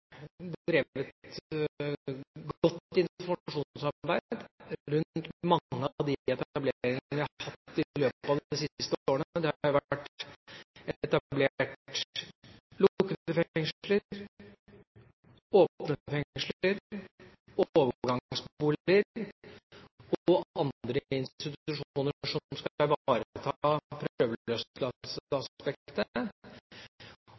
drevet godt informasjonsarbeid rundt mange av de etableringene vi har hatt i løpet av de siste årene. Det har vært etablert lukkede fengsler, åpne fengsler, overgangsboliger og andre institusjoner som skal ivareta